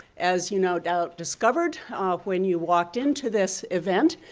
as you no doubt discovered when you walked into this event,